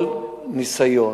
כל ניסיון,